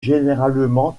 généralement